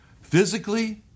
Physically